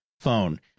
phone